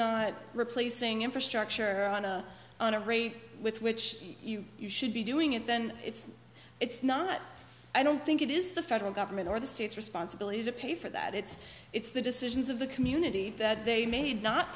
not replacing infrastructure on a on a rate with which you should be doing it then it's it's not i don't think it is the federal government or the state's responsibility to pay for that it's it's the decisions of the community that they made not